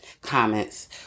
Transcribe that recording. comments